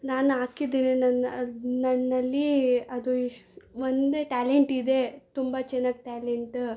ನಾನು ಹಾಕಿದ್ದಿದ ನನ್ನ ನನ್ನಲ್ಲಿ ಅದು ಒಂದೇ ಟ್ಯಾಲೆಂಟಿದೆ ತುಂಬ ಚೆನ್ನಾಗ್ ಟ್ಯಾಲೆಂಟ